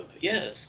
yes